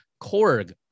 Korg